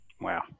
Wow